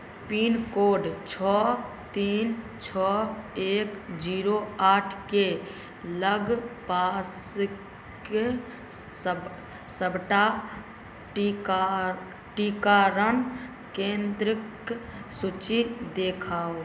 pincode छओ तीन छओ एक जीरो आठ के लगपासके सबटा टीकाकरण केंद्रोंके सूची देखाउ